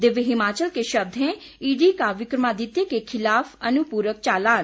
दिव्य हिमाचल के शब्द हैं ईडी का विकमादित्य के खिलाफ अनुपूरक चालान